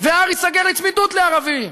וההר ייסגר לצמיתות לערבים.